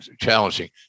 challenging